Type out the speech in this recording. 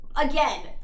again